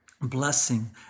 Blessing